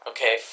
Okay